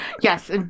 Yes